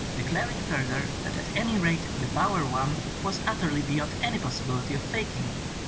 declaring further that at any rate the bower one was utterly beyond any possibility of faking!